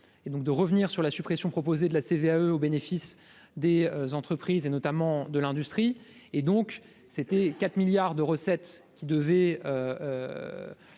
et donc de revenir sur la suppression proposée de la CVAE au bénéfice des entreprises et notamment de l'industrie et donc c'était quatre milliards de recettes qui devaient